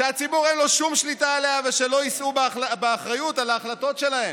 שלציבור אין שום שליטה עליה ושלא יישאו באחריות על ההחלטות שלהם?